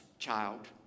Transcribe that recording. child